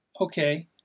Okay